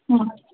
ಹಾಂ